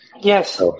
Yes